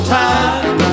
time